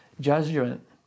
judgment